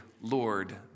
Lord